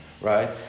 Right